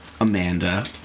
Amanda